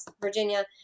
Virginia